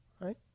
right